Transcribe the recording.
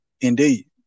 Indeed